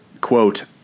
Quote